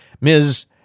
Ms